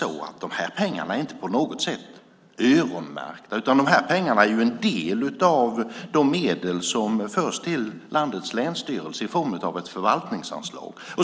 De här pengarna är inte på något sätt öronmärkta utan är en del av de medel som förs till landets länsstyrelser i form av ett förvaltningsanslag.